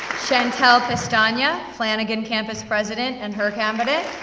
chantel pestana, flanagan campus president, and her cabinet.